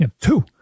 two